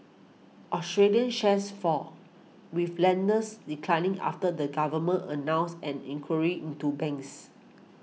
Australian shares fall with lenders declining after the government announced an inquiry into banks